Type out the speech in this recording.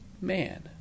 man